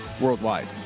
worldwide